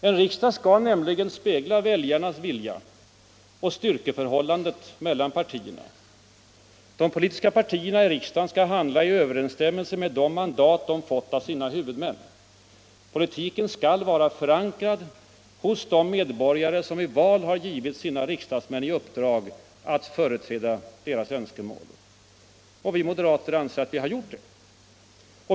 En riksdag skall nämligen spegla väljarnas vilja och styrkeförhållandet mellan partierna. De politiska partierna i riksdagen skall handla i överensstämmelse med det mandat de fått av sina huvudmän. Politiken skall alltså vara förankrad hos de medborgare som i val har givit sina riksdagsmän i uppdrag att företräda deras önskemål. Vi moderater anser att vi har gjort det.